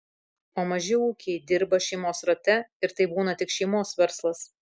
o maži ūkiai dirba šeimos rate ir tai būna tik šeimos verslas